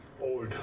Old